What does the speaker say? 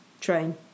train